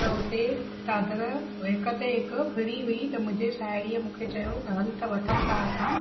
ते हुते चादरु उहो हिक ते हिकु फिरी हुई त मुंहिंजी साहेड़ी मूंखे चयो त हल त वठूं था असां